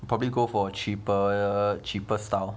probably go for cheaper ah cheaper style